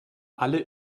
alle